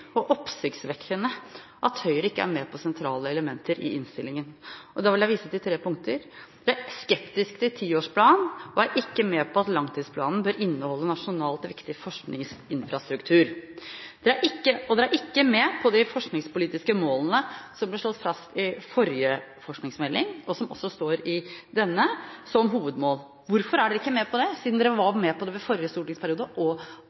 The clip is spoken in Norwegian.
og oppsiktsvekkende at Høyre ikke er med på sentrale elementer i innstillingen. Jeg vil vise til tre punkter: Høyre er skeptiske til tiårsplan, de er ikke med på at langtidsplanen bør inneholde nasjonalt viktig forskningsinfrastruktur, og de er ikke med på de forskningspolitiske målene som ble slått fast i forrige forskningsmelding, og som også står i denne som hovedmål. Hvorfor er ikke Høyre med på dette, siden de var med på det i forrige stortingsperiode, og siden